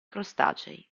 crostacei